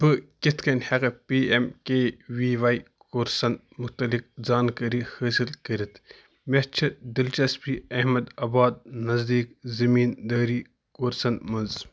بہٕ کِتھ ہیکہٕ P M K V Y کورسن متعلق زانٛکٲری حٲصل کٔرِتھ مےٚ چھےٚ دلچسپی احمد آباد نزدیٖک زٔمیٖن دٲری کورسن منٛز